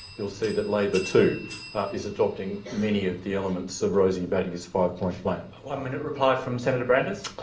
you'll see that labour too is adopting many of the elements of rosie batty's five-point plan. a one-minute reply from senator brandis.